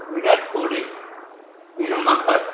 Virat Kohli Vinoo Mankad